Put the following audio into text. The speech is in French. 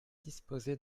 disposer